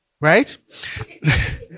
right